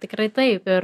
tikrai taip ir